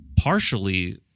partially